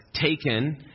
taken